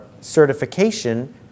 certification